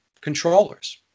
controllers